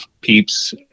peeps